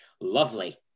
Lovely